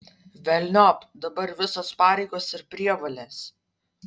velniop dabar visos pareigos ir prievolės